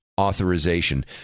authorization